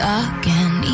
again